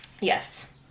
Yes